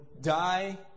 die